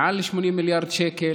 מעל 80 מיליארד שקל.